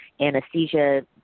anesthesia